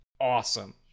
awesome